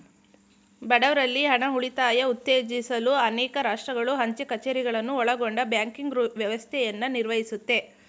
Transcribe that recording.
ಬಡವ್ರಲ್ಲಿ ಹಣ ಉಳಿತಾಯ ಉತ್ತೇಜಿಸಲು ಅನೇಕ ರಾಷ್ಟ್ರಗಳು ಅಂಚೆ ಕಛೇರಿಗಳನ್ನ ಒಳಗೊಂಡ ಬ್ಯಾಂಕಿಂಗ್ ವ್ಯವಸ್ಥೆಯನ್ನ ನಿರ್ವಹಿಸುತ್ತೆ